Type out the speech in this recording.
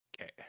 Okay